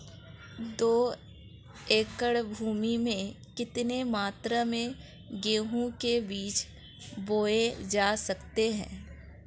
दो एकड़ भूमि में कितनी मात्रा में गेहूँ के बीज बोये जा सकते हैं?